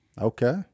Okay